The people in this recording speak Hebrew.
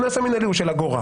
הקנס המינהלי הוא של אגורה,